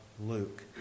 Luke